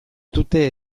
dute